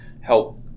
help